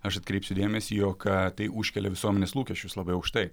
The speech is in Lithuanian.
aš atkreipsiu dėmesį jog tai užkelia visuomenės lūkesčius labai aukštai